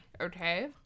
Okay